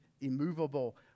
immovable